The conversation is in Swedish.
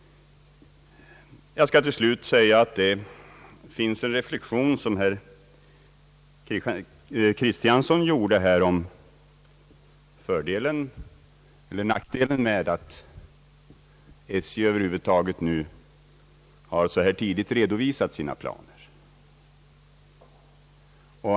Jag skall till slut säga några ord om herr Kristianssons reflexion om nackdelen med att SJ över huvud taget så tidigt redovisat sina planer.